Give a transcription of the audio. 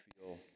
feel